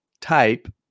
type